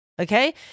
Okay